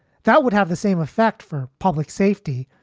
that would have the same effect for public safety.